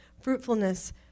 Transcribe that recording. fruitfulness